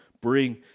bring